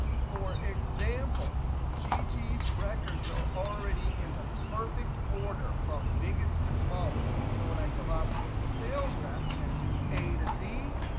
for example, gigi's records are already in the perfect order from biggest to smallest. so when i come up to sales rep and do a to z,